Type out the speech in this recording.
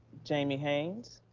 jamie haynes?